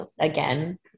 again